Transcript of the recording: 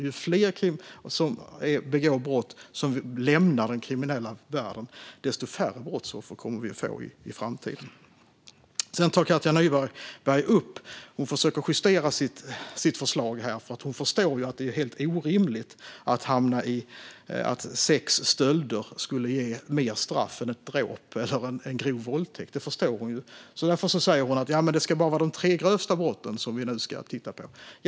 Ju fler som lämnar den kriminella världen, desto färre brottsoffer kommer vi att få i framtiden. Katja Nyberg försöker justera sitt förslag eftersom hon förstår att det är helt orimligt att sex stölder ska ge högre straff än ett dråp eller en grov våldtäkt. Därför säger hon att det bara är de tre grövsta brotten som ska räknas.